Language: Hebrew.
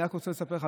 אני רק רוצה לספר לך,